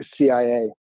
cia